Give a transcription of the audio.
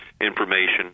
information